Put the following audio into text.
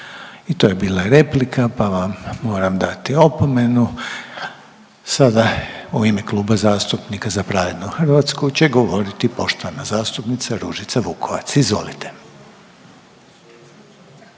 I to je bila replika, pa vam moram dati opomenu. Sada u ime Kluba zastupnika Za pravednu Hrvatsku će govoriti poštovana zastupnica Ružica Vukovac, izvolite.